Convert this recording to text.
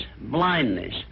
blindness